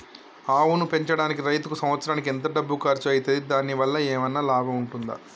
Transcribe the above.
ఆవును పెంచడానికి రైతుకు సంవత్సరానికి ఎంత డబ్బు ఖర్చు అయితది? దాని వల్ల లాభం ఏమన్నా ఉంటుందా?